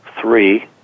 Three